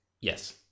Yes